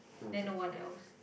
then no one else